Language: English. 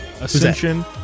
ascension